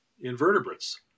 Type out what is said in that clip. invertebrates